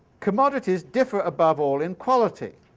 commodities differ above all in quality,